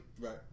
Right